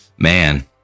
Man